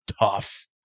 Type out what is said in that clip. tough